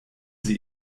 sie